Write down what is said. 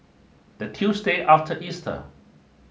the Tuesday after Easter